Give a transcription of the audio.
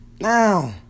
Now